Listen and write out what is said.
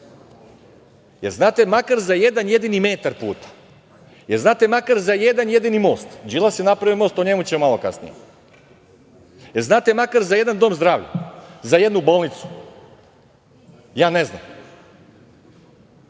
Jer, znate makar za jedan jedini metar puta? Jer, znate makar za jedan jedini most? Đilas je napravio most, a o njemu ćemo malo kasnije. E, znate makar za jedan dom zdravlja, za jednu bolnicu. Ja ne